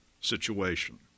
situation